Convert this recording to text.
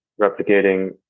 replicating